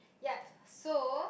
yup so